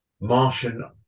Martian